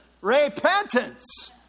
repentance